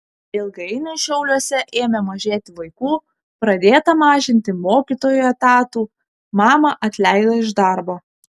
ilgainiui šiauliuose ėmė mažėti vaikų pradėta mažinti mokytojų etatų mamą atleido iš darbo